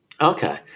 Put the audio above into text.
Okay